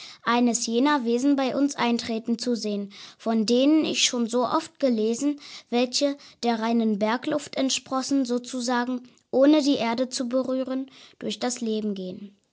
eines jener wesen bei uns eintreten zu sehen von denen ich schon so oft gelesen welche der reinen bergluft entsprossen sozusagen ohne die erde zu berühren durch das leben gehen